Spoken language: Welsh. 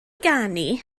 ganu